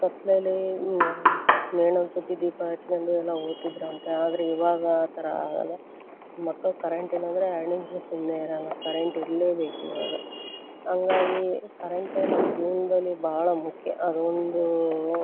ಕತ್ತಲೆಯಲ್ಲಿ ಮೇಣದ ಬತ್ತಿ ದೀಪ ಹಚ್ಕೊಂದು ಎಲ್ಲ ಓದ್ತಿದರಂತೆ ಆದರೆ ಇವಾಗ ಆ ಥರ ಆಗಲ್ಲ ಮಕ್ಕಳು ಕರೆಂಟಿಲ್ಲ ಅಂದರೆ ಎರಡು ನಿಮಿಷ ಸುಮ್ಮನೆ ಇರಲ್ಲ ಕರೆಂಟ್ ಇರಲೇಬೇಕು ಆಗ ಹಂಗಾಗಿ ಕರೆಂಟು ನಮ್ಮ ಜೀವನದಲ್ಲಿ ಭಾಳ ಮುಖ್ಯ ಅದೊಂದು